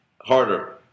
harder